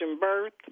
birth